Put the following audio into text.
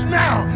now